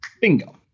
Bingo